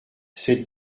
sept